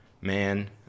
man